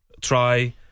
Try